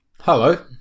Hello